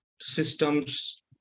systems